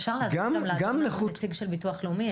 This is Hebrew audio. אפשר להזמין נציג של ביטוח לאומי?